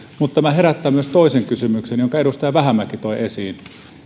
mutta tämä herättää myös toisen kysymyksen jonka edustaja vähämäki toi esiin